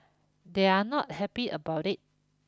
they're not happy about it